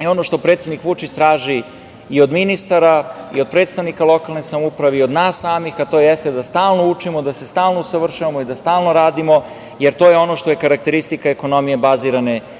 i ono što predsednik Vučić traži i od ministara i od predstavnika lokalne samouprave i od nas samih a to je da stalno učimo, da se stalno usavršavamo i da stalno radimo jer to je ono što je karakteristika i ekonomija bazirane